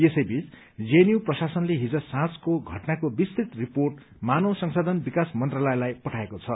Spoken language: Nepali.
यसै बीच जेएनयू प्रशासनले हिज साँझको घटनाको विस्तृत रिपोर्ट मानव संशाधन विकास मन्त्रालयलाई पठाएको छ